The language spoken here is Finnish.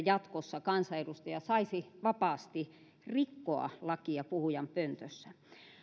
jatkossa kansanedustaja saisi vapaasti rikkoa lakia puhujanpöntössä